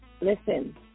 Listen